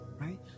right